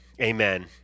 amen